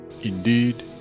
indeed